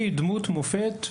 שהיא דמות מופת,